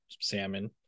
salmon